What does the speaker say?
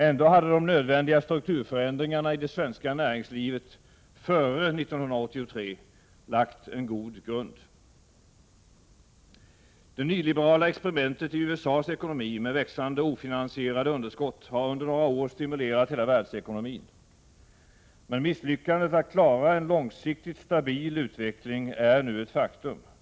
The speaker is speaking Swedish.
Ändå hade de nödvändiga strukturförändringarna i det svenska näringslivet före 1983 lagt en god grund. Det nyliberala experimentet i USA:s ekonomi, med växande ofinansierade underskott, har under några år stimulerat hela världsekonomin. Men misslyckandet att klara en långsiktigt stabil utveckling är nu ett faktum.